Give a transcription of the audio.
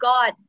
God